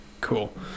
cool